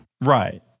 Right